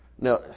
Now